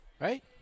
right